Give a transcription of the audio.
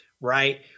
right